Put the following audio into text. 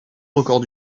records